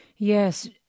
Yes